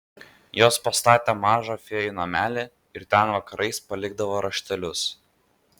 jos pastatė mažą fėjų namelį ir ten vakarais palikdavo raštelius